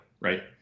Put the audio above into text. Right